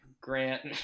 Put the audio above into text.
Grant